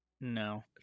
No